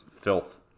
filth